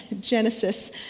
Genesis